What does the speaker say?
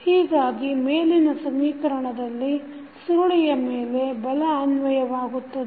ಹೀಗಾಗಿ ಮೇಲಿನ ಸಮೀಕರಣದಲ್ಲಿ ಸುರುಳಿಯ ಮೇಲೆ ಬಲ ಅನ್ವಯವಾಗುತ್ತದೆ